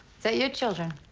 that your children?